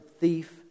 thief